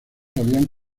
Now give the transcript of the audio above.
habían